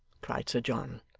cried sir john,